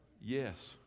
Yes